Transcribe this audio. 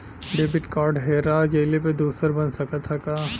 Debit card हेरा जइले पर दूसर बन सकत ह का?